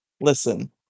Listen